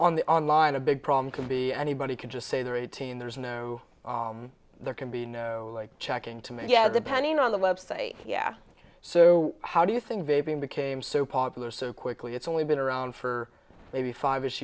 on the on line a big problem can be anybody can just say they're eighteen there's no there can be no checking to me yeah depending on the website yeah so how do you think they became so popular so quickly it's only been around for maybe five or s